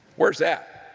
where's that?